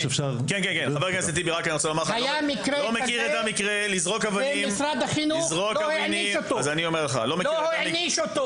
היה מקרה כזה ומשרד החינוך לא העניש אותו.